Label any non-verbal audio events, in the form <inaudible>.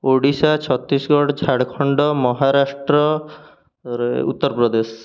Odisha Chhattisgarh Jharkhand Maharashtra <unintelligible> Uttar Pradesh